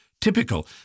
Typical